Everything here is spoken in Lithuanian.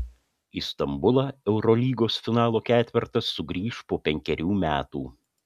į stambulą eurolygos finalo ketvertas sugrįš po penkerių metų